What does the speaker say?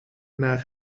naar